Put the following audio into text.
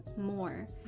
more